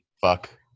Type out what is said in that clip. Fuck